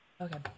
Okay